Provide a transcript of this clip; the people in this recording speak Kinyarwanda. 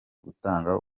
gutanga